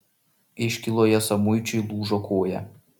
iškyloje samuičiui lūžo koja